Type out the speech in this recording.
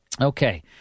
Okay